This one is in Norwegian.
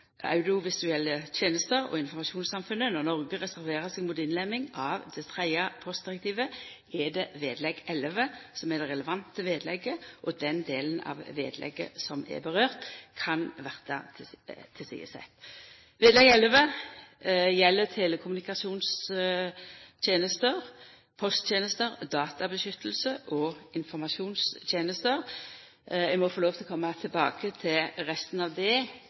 tenester og informasjonssamfunnet. Når Noreg reserverer seg mot innlemming av det tredje postdirektivet, er det vedlegg XI som er det relevante vedlegget, og den delen av vedlegget som er berørt, kan bli tilsidesett. Vedlegg XI gjeld telekommunikasjonstenester, posttenester, databeskyttelse og informasjonssamfunnstenester. Eg må få lov til å koma tilbake til resten av det